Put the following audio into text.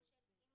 בקבוצה של אמא